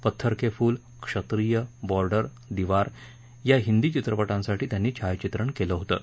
पत्थर के फुल क्षत्रिय बॉर्डर दिवार या हिंदी चित्रपटांसाठी त्यांनी छायाचित्रण केलं होतं